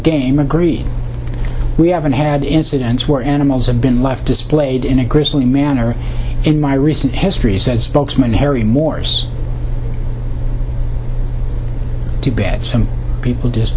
game agreed we haven't had incidents where animals have been left displayed in a grisly manner in my recent history said spokesman harry moore's too bad some people